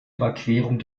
überquerung